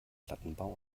plattenbau